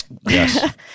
Yes